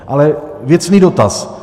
Ale věcný dotaz.